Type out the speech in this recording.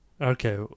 Okay